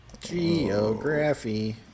geography